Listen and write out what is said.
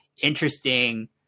interesting